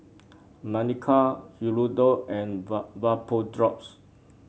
Manicare Hirudoid and Vapodrops